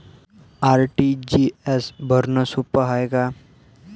RTGS भरनं सोप हाय का?